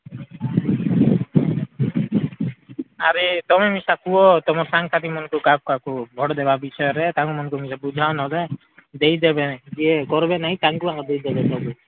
ଆରେ ତୁମେ ଏକା କୁହା ତୁମ ସାଙ୍ଗସାଥୀ ମାନକୁଁ କାହାକୁ କାହାକୁ ଭୋଟ୍ ଦେବା ବିଷୟରେ ତାଙ୍କମାନଙ୍କୁ ବୁଝାଅ ନହେଲେ ଦେଇଦେବେ ତାଙ୍କମାନଙ୍କୁ ଯିଏ କରିବେ ନାଇଁ ତାକୁଁ ଦେଇଦେବେ